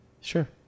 Sure